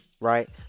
Right